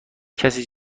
کسی